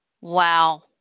wow